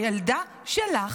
הילדה שלך